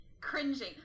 Cringing